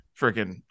freaking